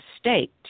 state